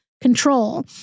control